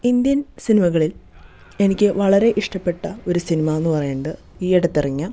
Indian സിനിമകളിൽ എനിക്ക് വളരെയിഷ്ടപ്പെട്ട ഒരു സിനിമ എന്നു പറയുന്നത് ഈയടുത്ത് ഇറങ്ങിയ